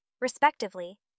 respectively